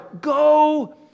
Go